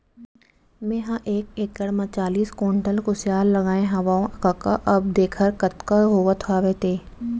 मेंहा एक एकड़ म चालीस कोंटल कुसियार लगाए हवव कका अब देखर कतका होवत हवय ते